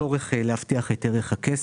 ההצמדה מבטאת צורך להבטיח את ערך הכסף.